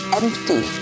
empty